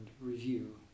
review